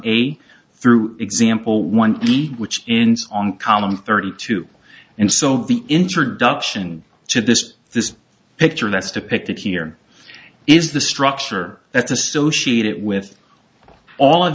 a through example one which in on column thirty two and so the introduction to this this picture that's depicted here is the structure that's associate it with all of